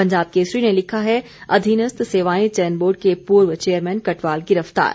पंजाब केसरी ने लिखा है अधीनस्थ सेवाएं चयन बोर्ड के पूर्व चेयरमैन कटवाल गिरफ्तार